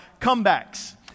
comebacks